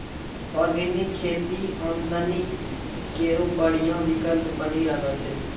organic खेती आमदनी केरो बढ़िया विकल्प बनी रहलो छै